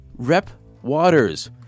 RepWaters